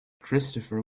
christopher